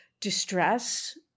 distress